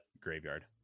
Graveyard